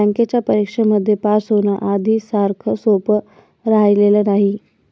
बँकेच्या परीक्षेमध्ये पास होण, आधी सारखं सोपं राहिलेलं नाही